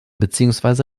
beziehungsweise